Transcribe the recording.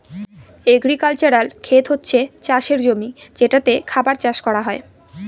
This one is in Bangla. এগ্রিক্যালচারাল খেত হচ্ছে চাষের জমি যেটাতে খাবার চাষ করা হয়